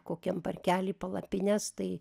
kokiam parkely palapines tai